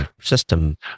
system